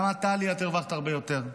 גם את, טלי, את הרווחת הרבה יותר.